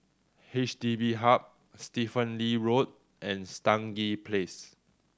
H D B Hub Stephen Lee Road and Stangee Place